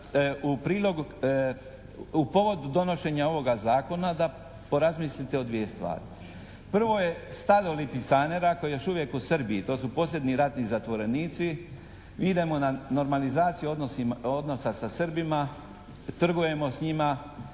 u povodu donošenja ovoga zakona da porazmislite o dvije stvari. Prvo je stado lipicanera koji je još uvijek u Srbiji, to su posebni ratni zatvorenici. Mi idemo na normalizaciju odnosa sa Srbima, trgujemo s njima,